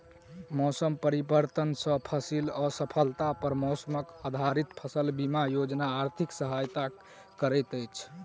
मौसम परिवर्तन सॅ फसिल असफलता पर मौसम आधारित फसल बीमा योजना आर्थिक सहायता करैत अछि